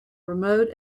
remote